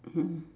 hmm